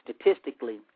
statistically